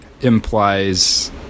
implies